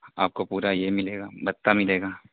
آپ کو پورا یہ ملے گا بھتہ ملے گا